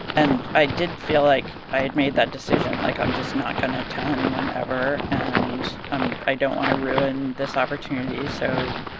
and i did feel like i had made that decision. like, i'm just not going to tell anyone, ever, and i don't want to ruin this opportunity. so,